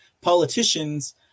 Politicians